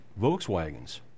Volkswagens